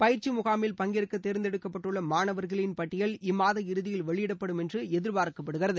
பயிற்சி முகாமில் பங்கேற்க தேர்ந்தெடுக்கப்பட்டுள்ள மாணவர்களின் பட்டியல் இம்மாத இறதியில் வெளியிடப்படும் என்று எதிர்பார்க்கப்படுகிறது